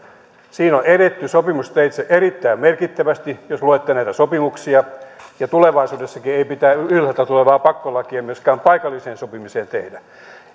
siinä on edetty sopimusteitse erittäin merkittävästi jos luette näitä sopimuksia ja tulevaisuudessakaan ei mitään ylhäältä tulevaa pakkolakia myöskään paikalliseen sopimiseen tehdä